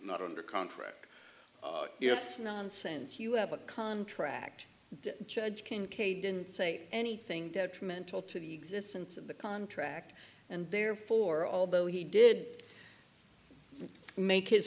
not under contract if nonsense you have a contract the judge kincaid didn't say anything detrimental to the existence of the contract and therefore although he did make his